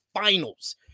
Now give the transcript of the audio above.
Finals